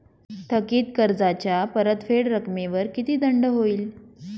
थकीत कर्जाच्या परतफेड रकमेवर किती दंड होईल?